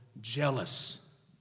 jealous